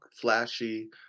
flashy –